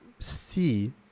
see